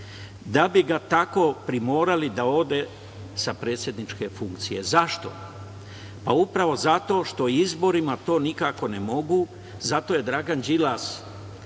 da bi ga tako primorali da ode sa predsedničke funkcije. Zašto? Upravo zato što izborima to nikako ne mogu, zato je Dragan Đilas,